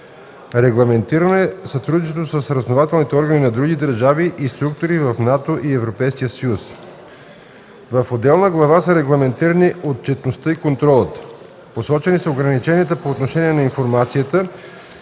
Регламентирано е сътрудничеството с разузнавателни органи на други държави и структури в НАТО и ЕС. В отделна глава са регламентирани отчетността и контролът. Посочени са ограничения по отношение на информацията,